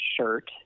shirt